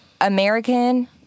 American